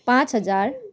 पाँच हजार